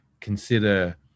consider